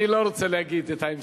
אני לא רוצה להגיד את ההמשך.